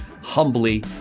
humbly